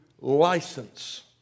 license